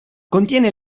contiene